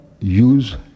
use